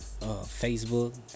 Facebook